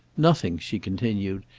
nothing, she continued,